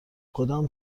کدام